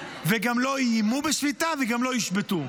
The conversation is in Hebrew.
וגם לא איימו בשביתה וגם לא ישבתו,